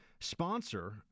sponsor